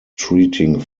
treating